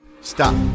Stop